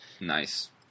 Nice